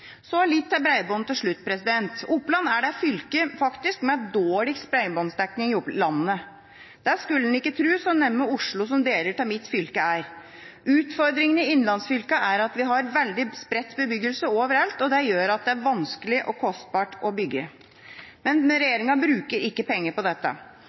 Så litt til bredbånd til slutt. Oppland er faktisk det fylket med dårligst bredbåndsdekning i landet. Det skulle en ikke tro, så nær Oslo som deler av mitt fylke er. Utfordringen i innlandsfylkene er at vi har veldig spredt bebyggelse. Det gjør at det er vanskelig og kostbart å bygge. Regjeringa bruker ikke penger på dette.